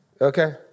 Okay